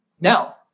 Now